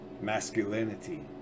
Masculinity